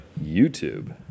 YouTube